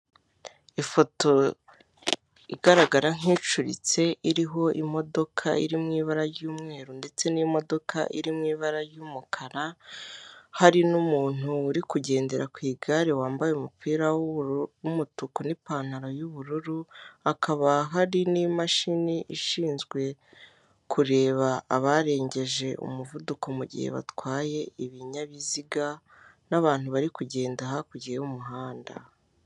Ifoto igaragara nkicuritse iriho imodoka iri mu ibara ry'umweru ndetse n'imodoka iri mu ibara ry'umukara hari n'umuntu uri kugendera ku igare wambaye umupira w'umutuku n'ipantaro y'ubururu, hakaba hari n'imashini ishinzwe kureba abarengeje umuvuduko mu gihe batwaye ibinyabiziga n'abantu bari kugenda hakurya y'umuhanda.